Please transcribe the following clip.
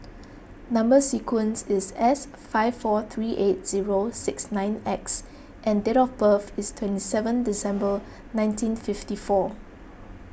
Number Sequence is S five four three eight zero six nine X and date of birth is twenty seven December nineteen fifty four